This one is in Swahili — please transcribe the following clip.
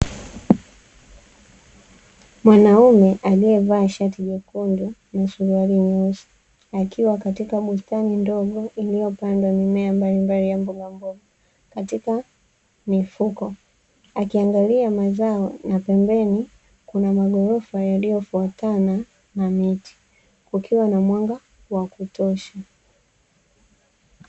Mwanaume aliyevaa shati jekundu na suruali nyeusi, akiwa katika bustani ndogo iliyopandwa mimea mbalimbali ya mbogamboga. Katika mifuko akiangalia mazao na pembeni kuna magorofa yaliyofuatana na miti, kukiwa na mwanga wa kutosha.